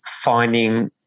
finding